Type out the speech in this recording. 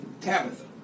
Tabitha